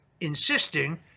insisting